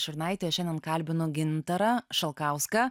šurnaitė šiandien kalbinu gintarą šalkauską